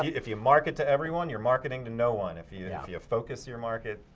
if you market to everyone, you're marketing to no one. if you yeah you focus your market.